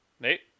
Nate